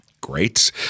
Great